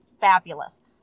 fabulous